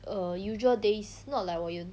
err usual days not like 我有